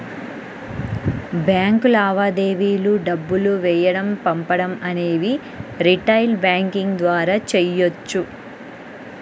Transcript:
bank లావాదేవీలు డబ్బులు వేయడం పంపడం అనేవి రిటైల్ బ్యాంకింగ్ ద్వారా చెయ్యొచ్చు